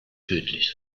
tödlich